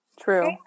True